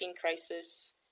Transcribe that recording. crisis